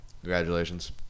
Congratulations